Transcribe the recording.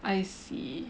I see